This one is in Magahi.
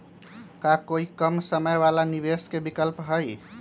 का कोई कम समय वाला निवेस के विकल्प हई?